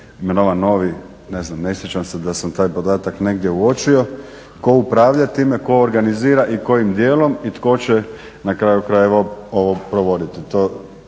imenovan novi ne znam, ne sjećam se da sam taj podatak negdje uočio. Tko upravlja time, tko organizira i kojim dijelom i tko će na kraju krajeva ovo provoditi.